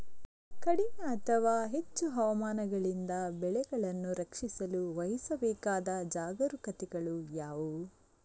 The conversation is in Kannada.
ಕಡಿಮೆ ಅಥವಾ ಹೆಚ್ಚು ಹವಾಮಾನಗಳಿಂದ ಬೆಳೆಗಳನ್ನು ರಕ್ಷಿಸಲು ವಹಿಸಬೇಕಾದ ಜಾಗರೂಕತೆಗಳು ಯಾವುವು?